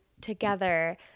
together